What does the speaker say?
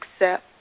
accept